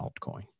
altcoin